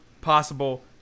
possible